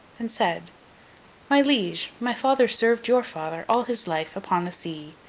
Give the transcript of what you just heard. and said my liege, my father served your father all his life, upon the sea.